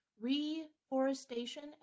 reforestation